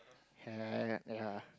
ya and ya